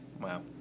Wow